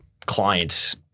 clients